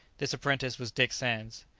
this apprentice was dick sands.